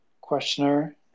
questioner